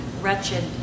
wretched